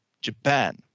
Japan